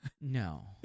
no